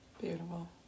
Beautiful